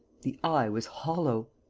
the eye was hollow.